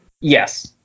yes